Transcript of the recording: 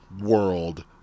world